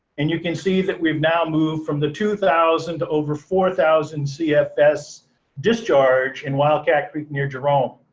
and you can see that we've now moved from the two thousand to over four thousand cfs discharge in wildcat creek near jerome.